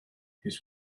his